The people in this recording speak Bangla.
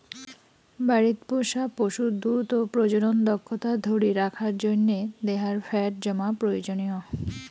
বাড়িত পোষা পশুর দুধ ও প্রজনন দক্ষতা ধরি রাখার জইন্যে দেহার ফ্যাট জমা প্রয়োজনীয়